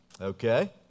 Okay